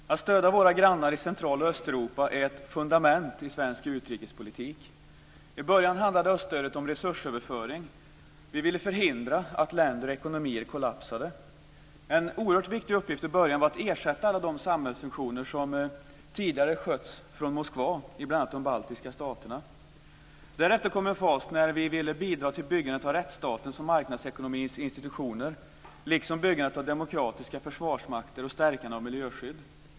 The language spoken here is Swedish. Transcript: Fru talman! Att stödja våra grannar i Central och Östeuropa är fundamentalt i svensk utrikespolitik. I början handlade öststödet om resursöverföring. Vi ville förhindra att länder och ekonomier kollapsade. En oerhört viktig uppgift i början var att ersätta alla de samhällsfunktioner i bl.a. de baltiska staterna som tidigare skötts från Moskva. Därefter kom en fas när vi ville bidra till byggandet av rättsstatens och marknadsekonomins institutioner liksom byggandet av demokratiska försvarsmakter och stärkandet av miljöskydd.